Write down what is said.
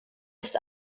ist